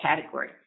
category